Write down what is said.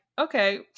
okay